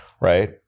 right